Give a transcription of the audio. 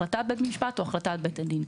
החלטת בית משפט או החלטת בית הדין.